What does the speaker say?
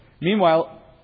Meanwhile